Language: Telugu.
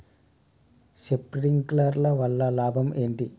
శప్రింక్లర్ వల్ల లాభం ఏంటి?